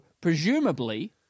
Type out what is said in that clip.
presumably